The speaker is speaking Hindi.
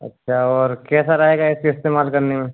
अच्छा और कैसा रहेगा इसके इस्तेमाल करने में